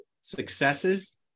successes